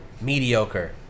mediocre